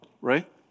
right